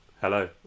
Hello